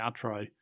outro